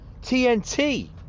TNT